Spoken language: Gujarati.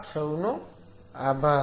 આપ સૌનો આભાર